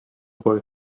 boy